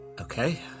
Okay